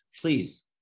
please